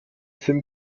sim